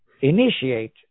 initiate